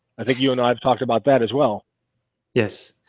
i think you and i've talked about that as well yes,